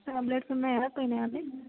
tablets ఉన్నాయా అయిపోయాయండీ